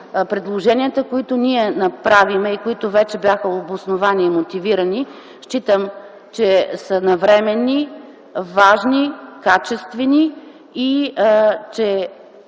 предложенията, които ние правим и които вече бяха обосновани и мотивирани, считам, че са навременни, важни, качествени и че